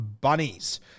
Bunnies